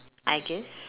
I guess